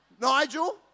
nigel